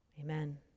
Amen